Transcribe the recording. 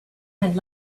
had